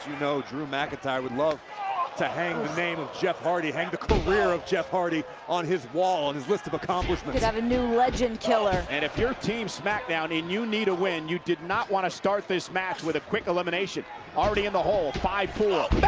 you know drew mcintyre would love to hang the name of jeff hardy. hang the career of jeff hardy on his wall and his list of accomplishments have a new legend killer and if your team smackdown and you need a win, you did not want to start this match with a quick elimination already in the hole, five four.